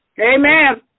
Amen